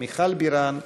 מיכל בירן,